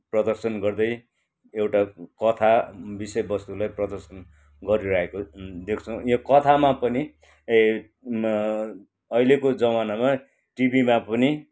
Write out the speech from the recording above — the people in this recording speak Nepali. प्रदर्शन गर्दै एउटा कथा विषय वस्तुलाई प्रदर्शन गरिरहेको देख्छौँ यो कथामा पनि ए अहिलेको जमानामा टिभीमा पनि